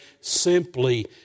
simply